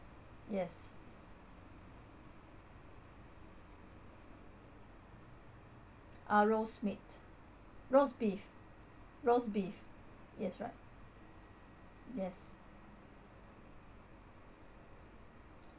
yes ah roast meat roast beef roast beef yes right yes